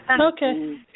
Okay